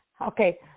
Okay